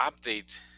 update